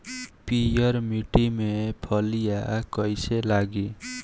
पीयर माटी में फलियां कइसे लागी?